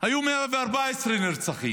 היו 114 נרצחים,